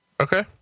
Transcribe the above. Okay